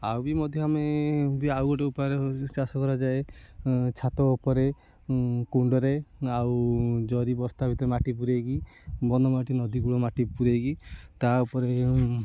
ଆଉ ବି ମଧ୍ୟ ଆମେ ବି ଆଉ ଗୋଟେ ଉପାୟରେ ଚାଷ କରାଯାଏ ଛାତ ଉପରେ କୁଣ୍ଡରେ ଆଉ ଜରି ବସ୍ତା ଭିତରେ ମାଟି ପୁରେଇକି ବନ ମାଟି ନଦୀ କୂଳ ମାଟି ପୂରେଇକି ତା ଉପରେ